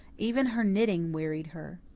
even her knitting wearied her.